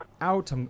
out